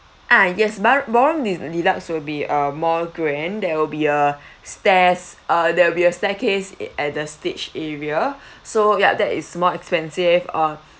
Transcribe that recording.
ah yes ba~ ballroom de~ deluxe will be uh more grand there will be a stairs uh there will be a staircase at the stage area so ya that is more expensive uh